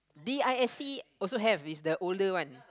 D_I_S_C also have is the older one